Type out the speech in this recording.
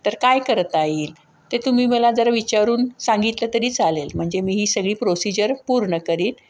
तर काय करता येईल ते तुम्ही मला जरा विचारून सांगितलं तरी चालेल म्हणजे मी ही सगळी प्रोसिजर पूर्ण करीन